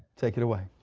take it away.